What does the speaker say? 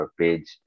page